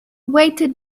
weighted